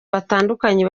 batandukanye